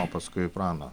o paskui į prano